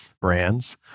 brands